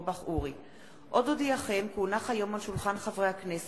נחמן שי ואורי אורבך וקבוצת חברי הכנסת,